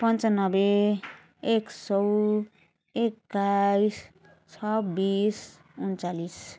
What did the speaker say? पन्चानब्बे एक सौ एक्काइस छब्बिस उन्चालिस